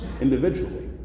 individually